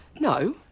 No